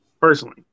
personally